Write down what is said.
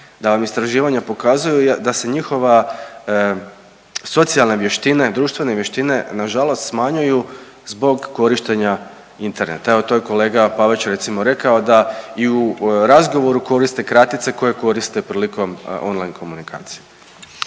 da vam istraživanja pokazuju da se njihova socijalne vještine, društvene vještine na žalost smanjuju zbog korištenja interneta. Evo to je kolega Pavić recimo rekao da i u razgovoru koriste kratice koje koriste prilikom on-line komunikacije.